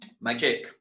Magic